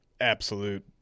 absolute